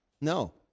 No